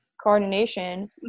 Coordination